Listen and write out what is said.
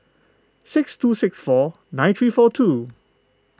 six two six four nine three four two